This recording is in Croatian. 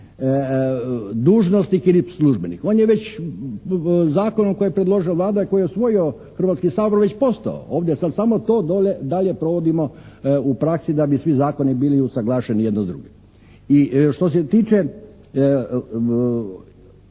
dužnosnik ili službenik. On je već zakonom koji je predložila Vlada i koji je usvojio Hrvatski sabor već postao. Ovdje je sad samo to dalje provodimo u praksi da bi svi zakoni bili usaglašeni jedan s drugim. I što se tiče